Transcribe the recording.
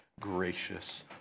gracious